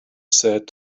said